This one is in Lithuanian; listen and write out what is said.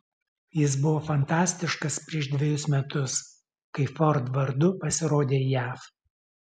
jis buvo fantastiškas prieš dvejus metus kai ford vardu pasirodė jav